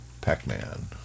Pac-Man